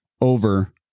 over